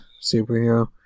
superhero